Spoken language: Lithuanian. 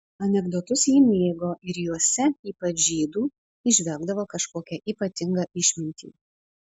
anekdotus ji mėgo ir juose ypač žydų įžvelgdavo kažkokią ypatingą išmintį